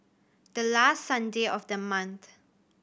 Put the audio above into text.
the last Sunday of the month